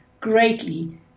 greatly